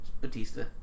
Batista